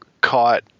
caught